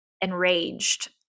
enraged